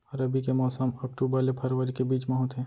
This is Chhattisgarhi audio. रबी के मौसम अक्टूबर ले फरवरी के बीच मा होथे